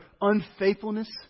unfaithfulness